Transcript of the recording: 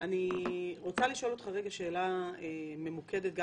אני רוצה לשאול אותך שאלה ממוקדת גם